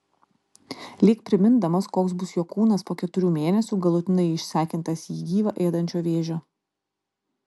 lyg primindamas koks bus jo kūnas po keturių mėnesių galutinai išsekintas jį gyvą ėdančio vėžio